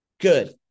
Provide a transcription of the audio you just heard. Good